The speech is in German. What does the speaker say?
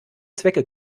zwecke